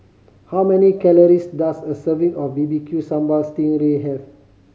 how many calories does a serving of B B Q Sambal sting ray have